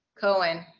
Cohen